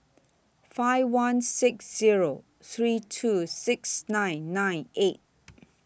five one six Zero three two six nine nine eight